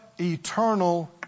eternal